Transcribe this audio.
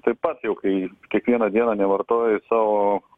taip pat kai kiekvieną dieną nevartoja o